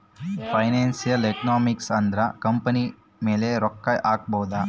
financial economics ಅಂದ್ರ company ಮೇಲೆ ರೊಕ್ಕ ಹಕೋದು